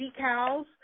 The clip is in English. decals